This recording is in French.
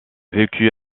vécut